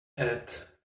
add